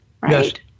right